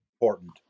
important